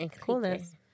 Coolness